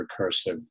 recursive